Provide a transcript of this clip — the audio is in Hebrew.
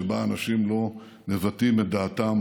שבה אנשים לא מבטאים את דעתם